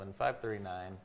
539